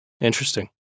Interesting